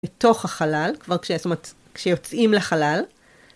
לתוך החלל, כבר, זאת אומרת, כשיוצאים לחלל.